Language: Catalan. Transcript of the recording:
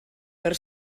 per